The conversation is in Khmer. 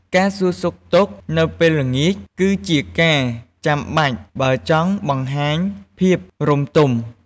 ការសួរសុខទុក្ខនៅពេលល្ងាច គឺជាការចាំបាច់ បើចង់បង្ហាញភាពរម្យទម។